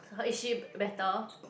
so is she b~ better